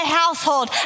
household